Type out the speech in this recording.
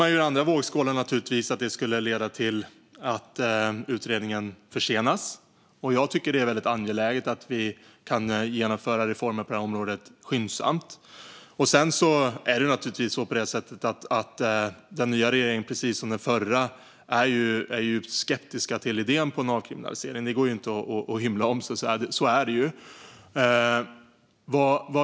Men i den andra vågskålen har man då att det skulle leda till att utredningen försenas, och jag tycker att det är angeläget att skyndsamt genomföra reformer på detta område. Att denna regering liksom den förra är djupt skeptisk till en avkriminalisering är inget att hymla om. Så är det.